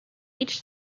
each